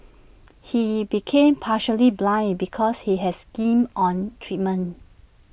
he became partially blind because he has skimmed on treatment